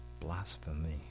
Blasphemy